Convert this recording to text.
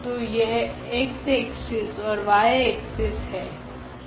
तो यह x axis ओर y एक्सिस है